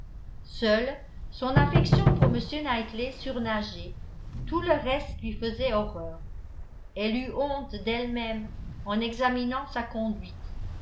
seule son affection pour m knightley surnageait tout le reste lui faisait horreur elle eut honte d'elle-même en examinant sa conduite